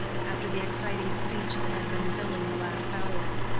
after the exciting speech that had been filling the last hour.